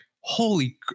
holy